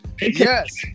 yes